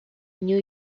new